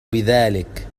بذلك